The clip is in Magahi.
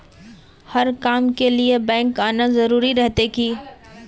हर काम के लिए बैंक आना जरूरी रहते की?